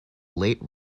late